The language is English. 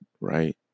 right